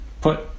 put